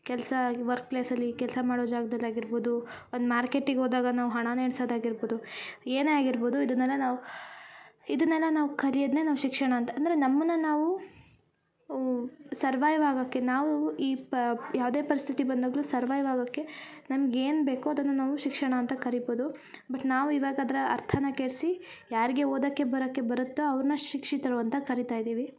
ಕೆಲಸ ವರ್ಕ್ ಪ್ಲೇಸಲಿ ಕೆಲಸ ಮಾಡೋ ಜಾಗ್ದಲ್ಲಿ ಆಗಿರ್ಬೋದು ಒಂದು ಮಾರ್ಕೆಟಿಗ ಹೋದಾಗ ನಾವು ಹಣನ ಎಣ್ಸದ ಆಗಿರ್ಬೋದು ಏನೇ ಆಗಿರ್ಬೋದು ಇದನೆಲ್ಲ ನಾವು ಇದನೆಲ್ಲ ನಾವು ಕಲಿಯದ್ನೆ ನಾವು ಶಿಕ್ಷಣ ಅಂತ ಅಂದರೆ ನಮ್ಮನ್ನ ನಾವು ಅವು ಸರ್ವೈವ್ ಆಗೋಕೆ ನಾವು ಈ ಪ ಯಾವುದೇ ಪರಿಸ್ಥಿತಿ ಬಂದಾಗಲು ಸರ್ವೈವ್ ಆಗೋಕೆ ನಮ್ಗ ಏನು ಬೇಕು ಅದನ್ನ ನಾವು ಶಿಕ್ಷಣ ಅಂತ ಕರಿಬೋದು ಬಟ್ ನಾವು ಇವಾಗ ಅದ್ರ ಅದ್ರ ಅರ್ಥನ ಕೆಡಿಸಿ ಯಾರಿಗೆ ಓದಕೆ ಬರಕೆ ಬರತ್ತೊ ಅವ್ರ್ನ ಶಿಕ್ಷಿತರು ಅಂತ ಕರಿತಾ ಇದೀವಿ